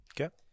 Okay